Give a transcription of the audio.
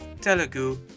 Telugu